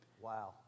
Wow